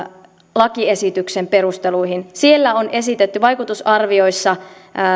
lakiesityksen perusteluihin siellä on esitetty vaikutusarvioissa